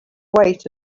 wait